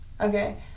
Okay